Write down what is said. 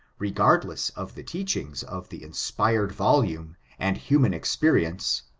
regardless of the teachings of the inspred volume and human experience,